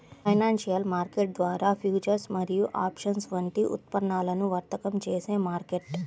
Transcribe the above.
financial market ద్వారా futures మరియు options వంటి ఉత్పన్నాలను వర్తకం చేసే మార్కెట్